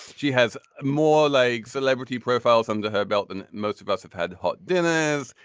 she has more legs celebrity profiles under her belt than most of us have had hot dinners.